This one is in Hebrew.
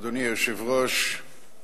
אדוני היושב-ראש,